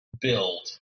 build